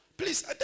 Please